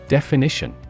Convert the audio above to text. Definition